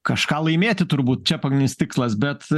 kažką laimėti turbūt čia pagrindinis tikslas bet